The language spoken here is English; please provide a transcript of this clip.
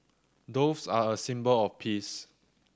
doves are a symbol of peace